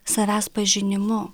savęs pažinimu